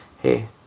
hey